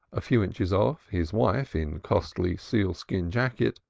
a few inches off, his wife in costly sealskin jacket,